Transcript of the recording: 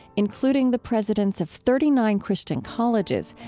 including the presidents of thirty nine christian colleges,